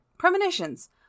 premonitions